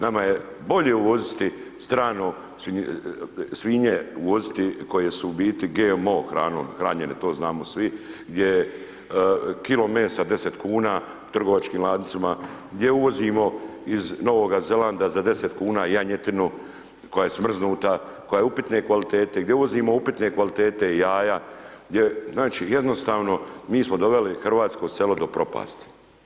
Nama je bolje uvoziti strano svinje uvoziti koje su u biti GMO hranom hranjene, to znamo svi, gdje je kilo mesa 10 kuna u trgovačkim lancima, gdje uvozimo iz Novoga Zelanda za 10 kuna janjetinu koja je smrznuta, koja je upitne kvalitete, gdje uvozimo upitne kvalitete jaja, gdje znači jednostavno mi smo doveli hrvatsko selo do propasti.